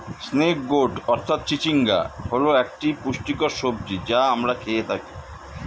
snake gourd অর্থাৎ চিচিঙ্গা হল একটি পুষ্টিকর সবজি যা আমরা খেয়ে থাকি